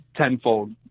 tenfold